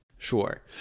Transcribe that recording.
Sure